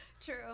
True